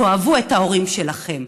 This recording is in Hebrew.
תאהבו את ההורים שלכם,